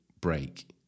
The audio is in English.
break